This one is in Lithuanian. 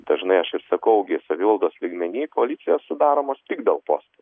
dažnai aš ir sakau gi savivaldos lygmeny koalicijos sudaromos tik dėl postų